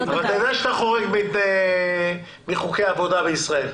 אתה יודע שאתה חורג מחוקי העבודה בישראל.